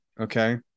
Okay